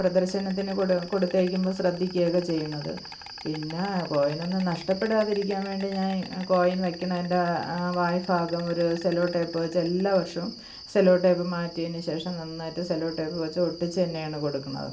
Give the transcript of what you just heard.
പ്രദര്ശനത്തിന് കൊടുത്തയക്കുമ്പം ശ്രദ്ധിക്കയൊക്കെ ചെയ്യുന്നത് പിന്ന കോയിനൊന്നും നഷ്ടപ്പെടാതിരിക്കാന് വേണ്ടി ഞാന് കോയിന് വയക്കണതിൻ്റെ വായ് ഭാഗം ഒരു സെല്ലോടേപ്പ് വച്ച് എല്ലാ വശവും സെല്ലോടേപ്പ് മാറ്റിയതിന് ശേഷം നന്നായിട്ട് സെല്ലോടേപ്പ് വച്ച് ഒട്ടിച്ച് തന്നെയാണ് കൊടുക്കുന്നത്